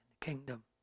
Kingdom